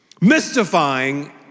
mystifying